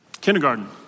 Kindergarten